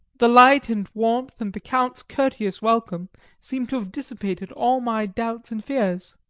the light and warmth and the count's courteous welcome seemed to have dissipated all my doubts and fears.